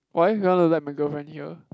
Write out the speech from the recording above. why you want to let my girlfriend hear